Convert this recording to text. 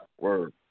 word